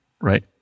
right